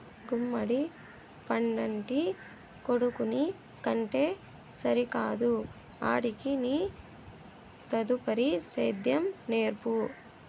గుమ్మడి పండంటి కొడుకుని కంటే సరికాదు ఆడికి నీ తదుపరి సేద్యం నేర్పు